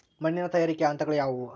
ಮಣ್ಣಿನ ತಯಾರಿಕೆಯ ಹಂತಗಳು ಯಾವುವು?